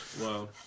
Wow